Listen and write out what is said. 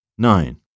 Nine